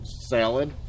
salad